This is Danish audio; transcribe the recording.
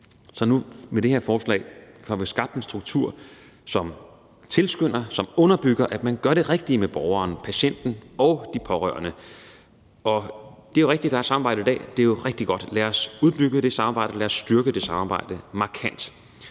Så med det her forslag får vi skabt en struktur, som tilskynder og underbygger, at man gør det rigtige med borgeren, patienten og de pårørende. Det er jo rigtigt, at der er samarbejde i dag. Det er rigtig godt. Lad os udbygge det samarbejde, og lad os styrke det samarbejde markant,